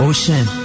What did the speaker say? Ocean